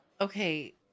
Okay